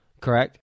correct